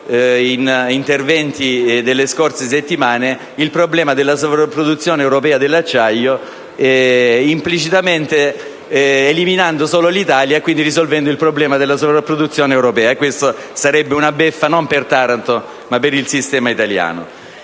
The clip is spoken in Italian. in interventi delle scorse settimane), il problema della sovrapproduzione europea dell'acciaio, implicitamente eliminando solo se stessa, ma risolvendo il problema della sovrapproduzione europea. Questa sarebbe una beffa non per Taranto, ma per il sistema italiano.